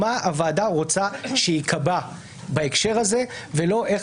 מה הוועדה רוצה שייקבע בהקשר הזה ולא איך